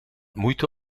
moeite